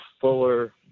fuller